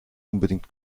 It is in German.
unbedingt